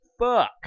fuck